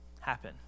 happen